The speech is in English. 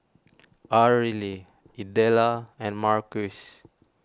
Arely Idella and Marquis